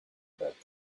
about